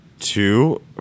two